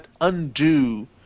undo